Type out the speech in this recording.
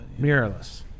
mirrorless